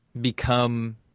become